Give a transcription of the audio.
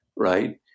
right